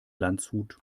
landshut